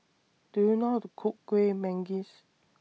Do YOU know How to Cook Kueh Manggis